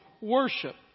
worship